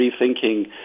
rethinking